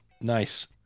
Nice